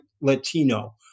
Latino